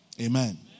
amen